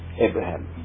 Abraham